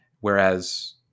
whereas